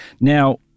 Now